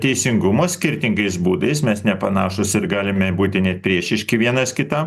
teisingumo skirtingais būdais mes nepanašūs ir galime būti net priešiški vienas kitam